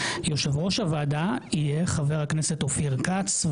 יושב-ראש הוועדה יהיה חבר הכנסת אופיר כץ.